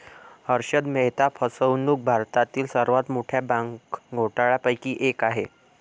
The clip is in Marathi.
हर्षद मेहता फसवणूक भारतातील सर्वात मोठ्या बँक घोटाळ्यांपैकी एक आहे